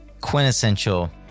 quintessential